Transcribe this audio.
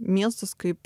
miestas kaip